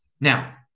Now